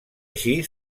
així